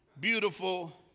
beautiful